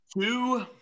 two